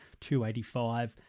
285